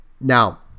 Now